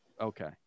Okay